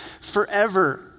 forever